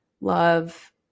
love